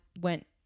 went